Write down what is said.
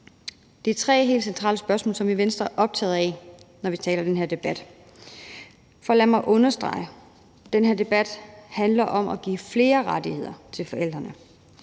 Det er tre helt centrale spørgsmål, som vi i Venstre er optaget af, når vi tager den her debat. For lad mig understrege: Den her debat handler om at give flere rettigheder til forældrene.